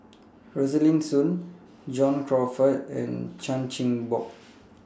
Rosaline Soon John Crawfurd and Chan Chin Bock